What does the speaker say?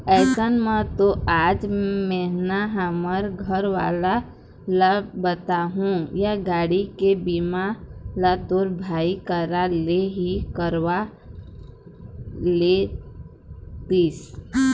अइसन म तो आजे मेंहा हमर घरवाला ल बताहूँ या गाड़ी के बीमा ल तोर भाई करा ले ही करवा लेतिस